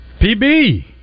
PB